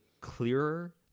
clearer